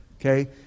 Okay